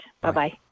Bye-bye